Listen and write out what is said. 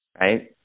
right